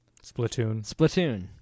Splatoon